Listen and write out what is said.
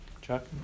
Chuck